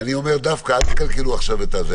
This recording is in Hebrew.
אל תקלקלו עכשיו.